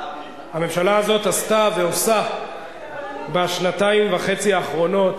הממשלה הזאת עשתה ועושה בשנתיים וחצי האחרונות